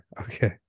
okay